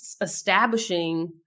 establishing